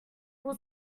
will